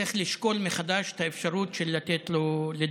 צריך לשקול מחדש את האפשרות של לתת לו לדבר.